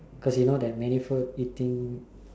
cause you know there are many food eating